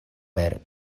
per